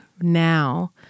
now